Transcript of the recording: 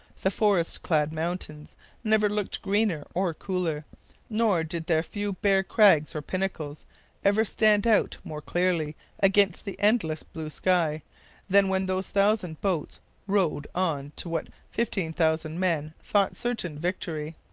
the forest-clad mountains never looked greener or cooler nor did their few bare crags or pinnacles ever stand out more clearly against the endless blue sky than when those thousand boats rowed on to what fifteen thousand men thought certain victory.